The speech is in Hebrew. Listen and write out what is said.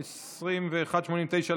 שהיה מאוד פעיל בוועדת הסל ועשה עבודה מצוינת.